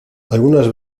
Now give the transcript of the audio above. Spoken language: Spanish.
algunas